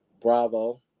Bravo